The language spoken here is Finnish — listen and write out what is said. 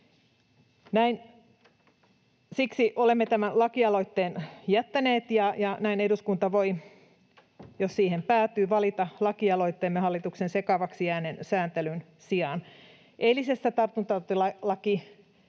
Siksi olemme tämän lakialoitteen jättäneet, ja näin eduskunta voi, jos siihen päätyy, valita lakialoitteemme hallituksen sekavaksi jääneen sääntelyn sijaan. Eilisessä